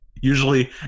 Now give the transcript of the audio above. usually